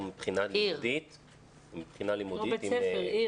לא בית ספר.